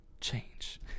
change